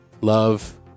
Love